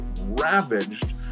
ravaged